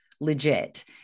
legit